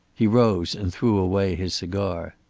he rose and threw away his cigar.